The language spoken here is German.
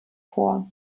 vor